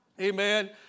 Amen